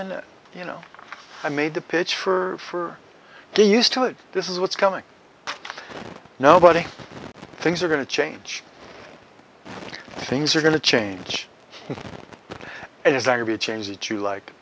then you know i made the pitch for the used to it this is what's coming nobody things are going to change things are going to change and it's not to be a change that you like